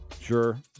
Sure